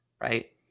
right